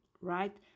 right